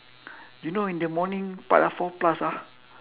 you know in the morning part ah four plus ah